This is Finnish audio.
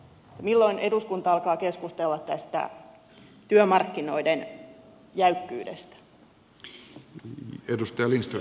milloin eduskunta alkaa keskustella tästä työmarkkinoiden jäykkyydestä